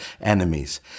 enemies